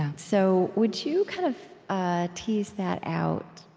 so would you kind of ah tease that out,